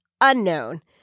unknown